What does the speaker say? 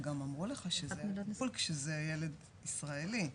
הם גם אמרו לך שזה הטיפול כשזה ילד ישראלי.